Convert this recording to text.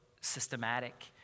systematic